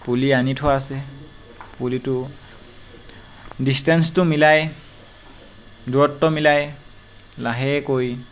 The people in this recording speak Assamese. পুলি আনি থোৱা আছে পুলিটো ডিছটেঞ্চটো মিলাই দূৰত্ব মিলাই লাহেকৈ